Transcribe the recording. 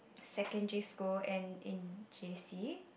secondary school and in j_c